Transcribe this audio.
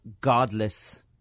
godless